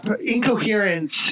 incoherence